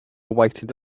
waited